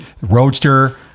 Roadster